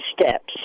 steps